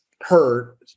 hurt